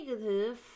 negative